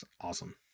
Awesome